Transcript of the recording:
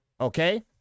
Okay